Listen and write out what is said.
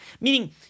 Meaning